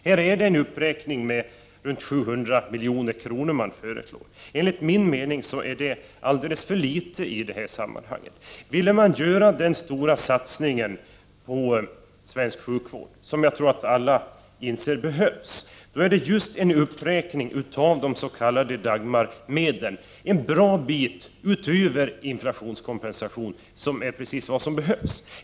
Här föreslås en uppräkning med ca 700 milj.kr. Enligt min mening är denna summa alldeles för liten i detta sammanhang. Vill man göra den stora satsning på svensk sjukvård som jag tror att alla inser är nödvändig, måste det bli en uppräkning av de s.k. Dagmarmedlen en bra bit över inflationskompensationsnivån.